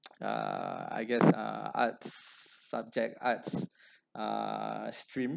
uh I guess uh arts subject arts uh stream